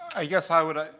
i guess, i would